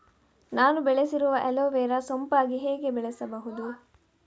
ನಾನು ಬೆಳೆಸಿರುವ ಅಲೋವೆರಾ ಸೋಂಪಾಗಿ ಹೇಗೆ ಬೆಳೆಸಬಹುದು?